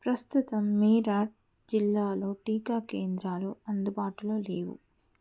ప్రస్తుతం మీరట్ జిల్లాలో టీకా కేంద్రాలు అందుబాటులో లేవు